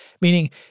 Meaning